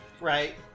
Right